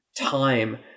time